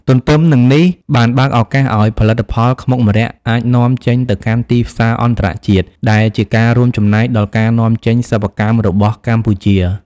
ទន្ទឹមនឹងនេះ បានបើកឱកាសឲ្យផលិតផលខ្មុកម្រ័ក្សណ៍អាច នាំចេញទៅកាន់ទីផ្សារអន្តរជាតិ ដែលជាការរួមចំណែកដល់ការនាំចេញសិប្បកម្មរបស់កម្ពុជា។